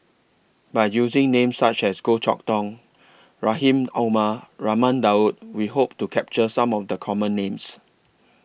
By using Names such as Goh Chok Tong Rahim Omar Raman Daud We Hope to capture Some of The Common Names